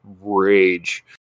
rage